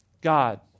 God